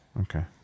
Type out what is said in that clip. Okay